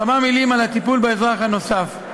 כמה מילים על הטיפול באזרח הנוסף.